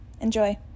Enjoy